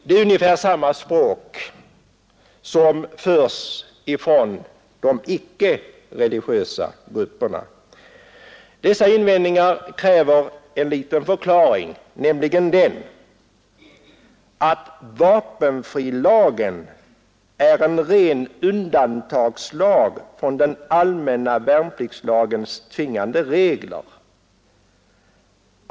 Det är ungefär samma språk som förs ifrån de icke-religiösa grupperna. Dessa invändningar kräver en liten förklaring, nämligen den att vapenfrilagen är en ren undantagslag från den allmänna värnpliktslagens tvingande regler.